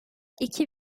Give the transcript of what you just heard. iki